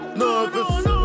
nervous